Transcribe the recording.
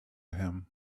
him